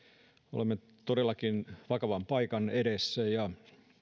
olemme todellakin vakavan paikan edessä ja